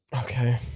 Okay